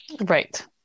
right